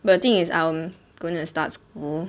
but the thing is I'm gonna start school